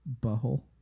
butthole